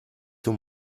too